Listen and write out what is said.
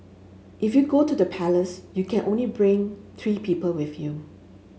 if you go to the palace you can only bring three people with you